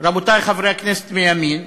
רבותי חברי הכנסת מימין,